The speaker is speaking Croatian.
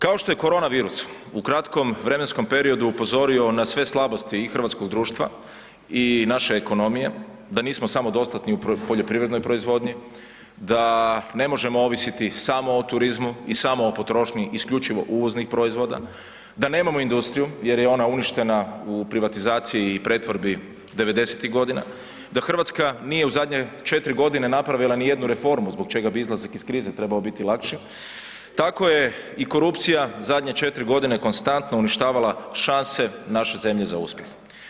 Kao što je korona virus u kratkom vremenskom periodu upozorio na sve slabosti i hrvatskog društva i naše ekonomije, da nismo samodostatni u poljoprivrednoj proizvodnji, da ne možemo ovisiti samo o turizmu i samo o potrošnji isključivo uvoznih proizvoda, da nemamo industriju jer je ona uništena u privatizaciji i pretvorbi devedesetih godina, da Hrvatska nije u zadnje četiri godine napravila nijednu reformu zbog čega bi izlazak iz krize trebao biti lakši, tako je i korupcija zadnje četiri godine konstantno uništavala šanse naše zemlje za uspjeh.